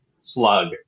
slug